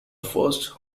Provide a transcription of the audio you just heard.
first